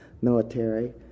military